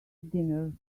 dinner